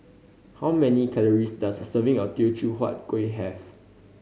how many calories does a serving of Teochew Huat Kueh have